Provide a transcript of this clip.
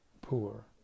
poor